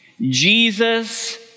Jesus